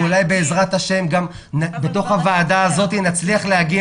אולי בעזרת השם בתוך הוועדה הזאת נצליח להגיע